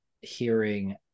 hearing